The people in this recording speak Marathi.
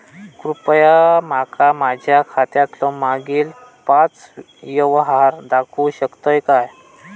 कृपया माका माझ्या खात्यातलो मागील पाच यव्हहार दाखवु शकतय काय?